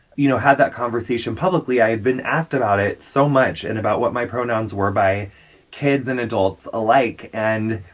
you know, had that conversation publicly, i had been asked about it so much and about what my pronouns were by kids and adults alike. and